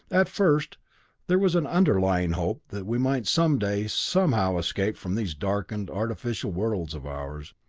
at first there was an underlying hope that we might some day, somehow, escape from these darkened, artificial worlds of ours,